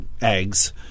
eggs